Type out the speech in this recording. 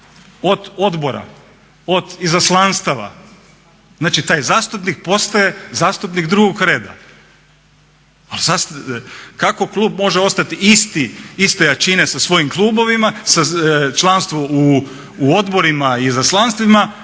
od odbora, od izaslanstava. Znači taj zastupnik postaje zastupnik drugog reda. Kako klub može ostati iste jačine sa svojim klubovima, sa članstvom u odborima i izaslanstvima